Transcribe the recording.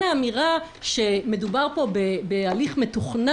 לעבירה פלילית של מרמה והפרת אמונים.